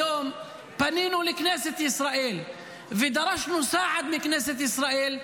היום פנינו לכנסת ישראל ודרשנו סעד מכנסת ישראל,